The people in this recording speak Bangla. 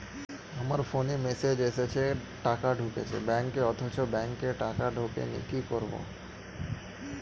আমার ফোনে মেসেজ এসেছে টাকা ঢুকেছে ব্যাঙ্কে অথচ ব্যাংকে টাকা ঢোকেনি কি করবো?